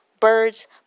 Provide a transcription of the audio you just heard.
birds